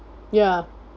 ya